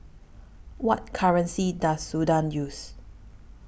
What currency Does Sudan use